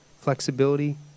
flexibility